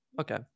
Okay